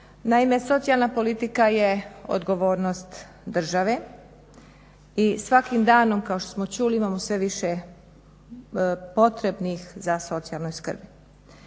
Naime socijalna politika je odgovornost države i svakim danom kao što smo čuli imamo sve više potrebnih za socijalnom skrbi.